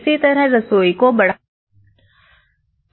इसी तरह रसोई को बढ़ाया गया है